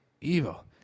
evil